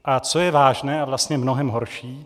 A co je vážné a vlastně mnohem horší?